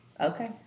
okay